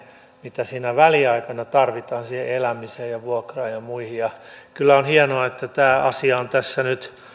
mitä siinä väliaikana tarvitaan siihen elämiseen vuokraan ja muihin kyllä on hienoa että tämä asia on tässä nyt